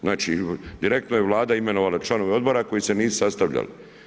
Znači direktno je Vlada imenovala članove odbora koji se nisu sastavljali.